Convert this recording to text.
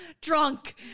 drunk